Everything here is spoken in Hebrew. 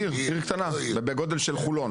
עיר קטנה, בגודל של חולון.